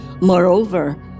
Moreover